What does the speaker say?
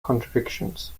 contradictions